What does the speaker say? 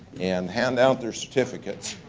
and hand out their certificates.